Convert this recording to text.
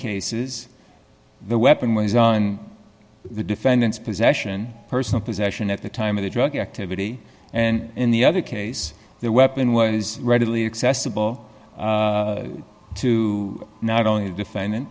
cases the weapon was on the defendant's possession personal possession at the time of the drug activity and in the other case the weapon was readily accessible to not only the defendant